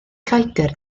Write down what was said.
lloegr